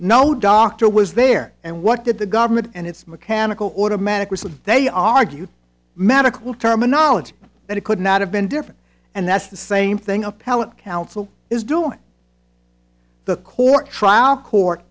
no doctor was there and what did the government and its mechanical automatic result they argue medical terminology that it could not have been different and that's the same thing appellate counsel is doing the court trial court